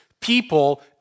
people